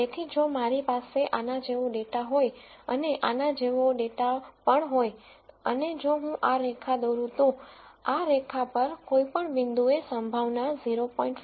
તેથી જો મારી પાસે આના જેવો ડેટા હોય અને આના જેવો ડેટા પણ હોય અને જો હું આ રેખા દોરું તો આ રેખા પર કોઈપણ પોઇન્ટ એ પ્રોબેબિલિટી 0